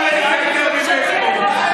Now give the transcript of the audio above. לא לדבר על הטרור שתחתיו הם חיים.